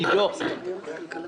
עידו סופר,